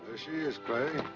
she is, clay.